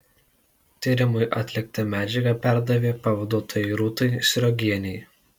tyrimui atlikti medžiagą perdavė pavaduotojai rūtai sriogienei